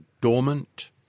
dormant